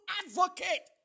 advocate